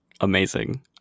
Amazing